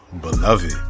beloved